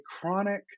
chronic